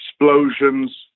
explosions